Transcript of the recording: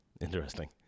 Interesting